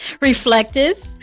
reflective